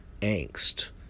angst